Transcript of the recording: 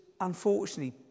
unfortunately